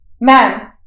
Ma'am